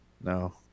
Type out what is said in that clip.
No